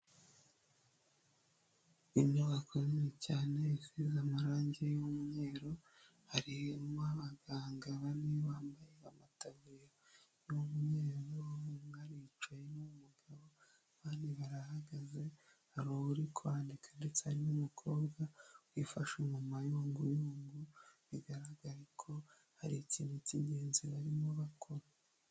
Inyubako nini cyane isize amarangi y'umweru harimo abaganga bane bambaye amataburiya y'umweru umwe acaye n'umugabo abandi barahagaze hari uri kwandika ndetse hari n'umukobwa wifashe mu mayunguyungu bigaragare ko hari ikintu cy'ingenzi barimo bakora.